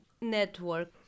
network